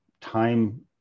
time